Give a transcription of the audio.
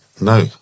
No